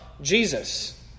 Jesus